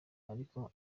ariko